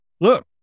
look